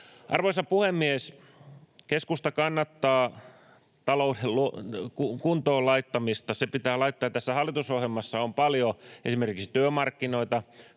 Arvoisa puhemies! Keskusta kannattaa talouden kuntoon laittamista, se pitää laittaa kuntoon. Tässä hallitusohjelmassa on paljon esimerkiksi työmarkkinoita